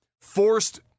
forced